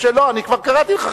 לא, אני כבר קראתי לך.